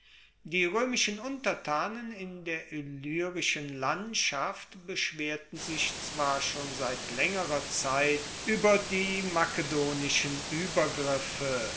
die roemischen untertanen in der illyrischen landschaft beschwerten sich zwar schon seit laengerer zeit ueber die makedonischen obergriffe